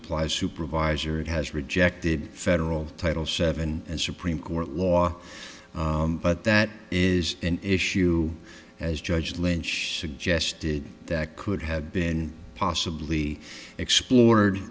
applies supervisor and has rejected federal title seven and supreme court law but that is an issue as judge lynch suggested that could have been possibly explored